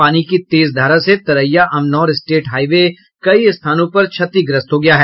पानी की तेज धारा से Taraiya Amnour state highway कई स्थानों पर क्षतिग्रस्त हो गया है